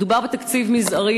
מדובר בתקציב מזערי.